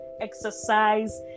exercise